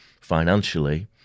financially